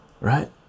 right